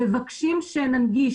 מבקשים שננגיש,